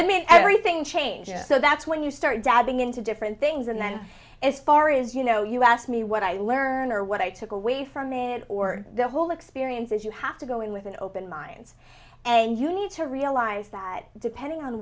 i mean everything changed so that's when you started dabbling into different things and then as far as you know you asked me what i learned or what i took away from it or the whole experience is you have to go in with an open minds and you need to realize that depending on